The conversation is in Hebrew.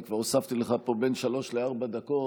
אני כבר הוספתי לך פה בין שלוש לארבע דקות,